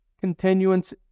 continuance